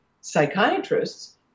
psychiatrists